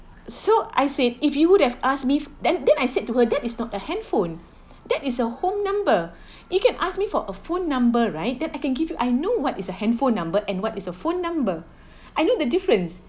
so I said if you would have asked me then then I said to her that is not a handphone that is a home number you can ask me for a phone number right that I can give you I know what is a handphone number and what is a phone number I know the difference